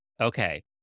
okay